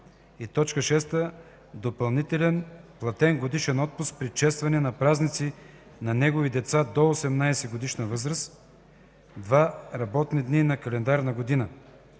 това; 6. допълнителен платен годишен отпуск при честване на празници на негови деца до 18 годишна възраст – два работни дни на календарна година;”.”